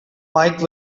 mike